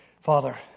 Father